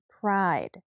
pride